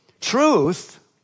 Truth